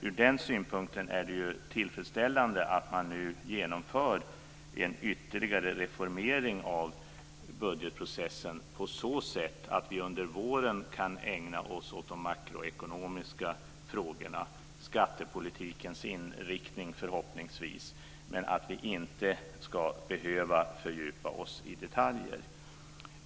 Ur den synpunkten är det tillfredsställande att man nu genomför en ytterligare reformering av budgetprocessen på så sätt att vi under våren förhoppningsvis kan ägna oss åt de makroekonomiska frågorna, t.ex. skattepolitikens inriktning, men att vi inte ska behöva fördjupa oss i detaljer.